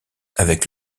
avec